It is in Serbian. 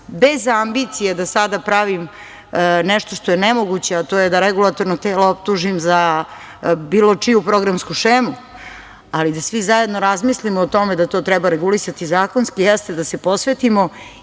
bez ambicije da sada pravim nešto što je moguće, a to je da regulatorno telo optužim za bilo čiju programsku šemu, ali da svi zajedno razmislimo o tome, da to treba regulisati zakonski, jeste i da se posvetimo